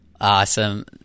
Awesome